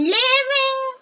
living